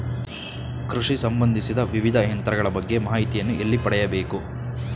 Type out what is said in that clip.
ಕೃಷಿ ಸಂಬಂದಿಸಿದ ವಿವಿಧ ಯಂತ್ರಗಳ ಬಗ್ಗೆ ಮಾಹಿತಿಯನ್ನು ಎಲ್ಲಿ ಪಡೆಯಬೇಕು?